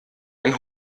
ein